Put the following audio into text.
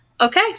Okay